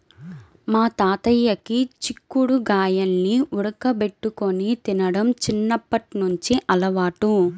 మా తాతయ్యకి చిక్కుడు గాయాల్ని ఉడకబెట్టుకొని తినడం చిన్నప్పట్నుంచి అలవాటు